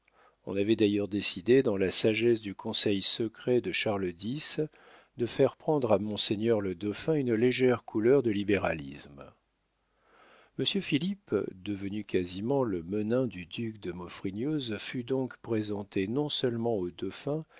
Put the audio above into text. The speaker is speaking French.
on avait d'ailleurs décidé dans la sagesse du conseil secret de charles x de faire prendre à monseigneur le dauphin une légère couleur de libéralisme mons philippe devenu quasiment le menin du duc de maufrigneuse fut donc présenté non-seulement